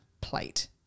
plate